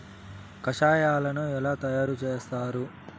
కషాయాలను ఎలా తయారు చేస్తారు?